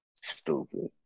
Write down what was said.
Stupid